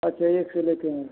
अच्छा एक से ले कर